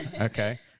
Okay